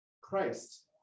Christ